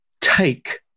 take